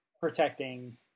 protecting